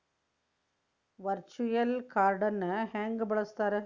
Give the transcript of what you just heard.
Virtual ಕಾರ್ಡ್ನ ಹೆಂಗ ಬಳಸ್ತಾರ?